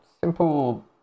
simple